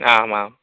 आमाम्